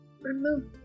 remove